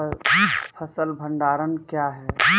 फसल भंडारण क्या हैं?